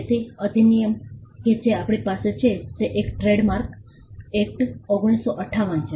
તેથી અધિનિયમ કે જે આપણી પાસે છે તે એ ટ્રેડમાર્ક એક્ટ 1958 છે